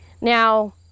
Now